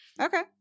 Okay